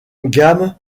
gamme